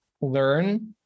learn